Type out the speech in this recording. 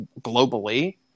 globally